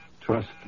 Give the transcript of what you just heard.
Trust